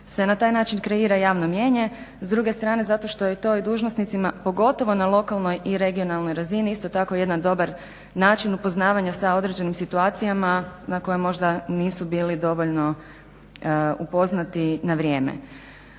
se na taj način kreira javno mijenje. S druge strane zato što je to i dužnosnicima pogotovo na lokalnoj i regionalnoj razini isto tako jedan dobar način upoznavanja sa određenim situacijama na koje možda nisu bili dovoljno upoznati na vrijeme.